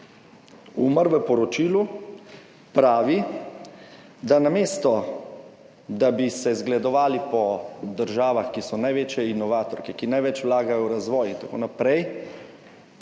Umar v poročilu pravi, da namesto, da bi se zgledovali po državah, ki so največje inovatorke, ki največ vlagajo v razvoj in tako naprej,